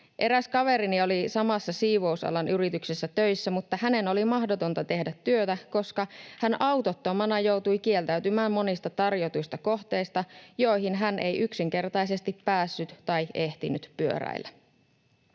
Eräs kaverini oli töissä samassa siivousalan yrityksessä, mutta hänen oli mahdotonta tehdä työtä, koska hän autottomana joutui kieltäytymään monista tarjotuista kohteista, joihin hän ei yksinkertaisesti päässyt tai ehtinyt pyöräillä.